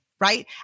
right